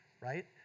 right